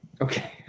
Okay